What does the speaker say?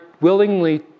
willingly